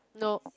nope